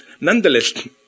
Nonetheless